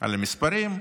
על מספרים,